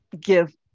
give